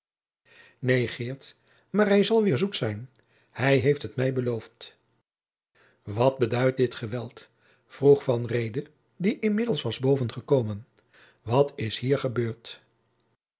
geert maar hij zal weêr zoet zijn hij heeft het mij beloofd wat beduidt dit geweld vroeg van reede die inmiddels was boven gekomen wat is hier gebeurd